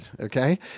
Okay